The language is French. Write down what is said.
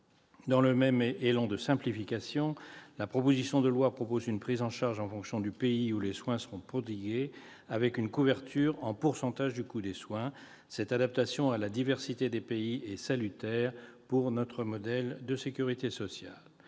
Dans un même élan de simplification, la proposition de loi prévoit une prise en charge en fonction du pays où les soins sont prodigués, avec une couverture en pourcentage du coût des soins. Cette adaptation à la diversité des pays est salutaire pour notre modèle de sécurité sociale.